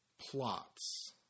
Plots